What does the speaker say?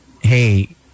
Hey